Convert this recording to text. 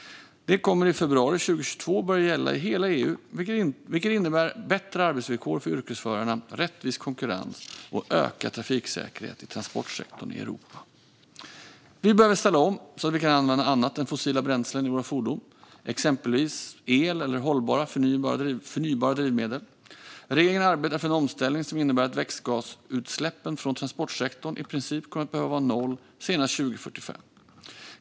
Det kommer i februari 2022 att börja gälla i hela EU, vilket innebär bättre arbetsvillkor för yrkesförarna, rättvis konkurrens och ökad trafiksäkerhet i transportsektorn i Europa. Vi behöver ställa om så att vi kan använda annat än fossila bränslen i våra fordon, exempelvis el eller hållbara förnybara drivmedel. Regeringen arbetar för en omställning som innebär att växthusgasutsläppen från transportsektorn i princip kommer att behöva vara noll senast 2045.